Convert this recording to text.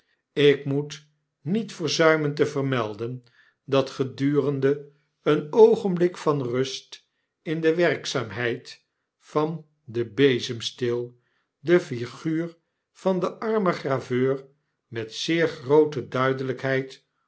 ik moet niet verzuimen te vermelden dat gedurende een oogenblik van rust in de werkzaamheid van den bezemsteel de figuur van den armen graveur met zeer groote duideljjkheid